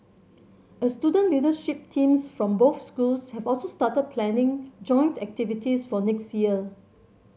a student leadership teams from both schools have also started planning joint activities for next year